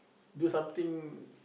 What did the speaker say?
do something